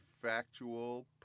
factual